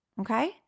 okay